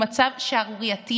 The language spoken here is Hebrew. הוא מצב שערורייתי,